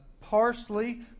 parsley